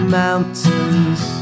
mountains